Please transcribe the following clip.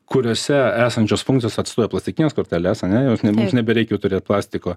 kuriose esančios funkcijos atstoja plastikines korteles ane jau mums nebereikia turėt plastiko